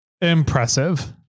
Impressive